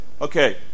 Okay